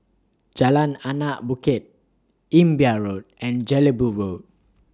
Jalan Anak Bukit Imbiah Road and Jelebu Road